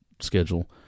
schedule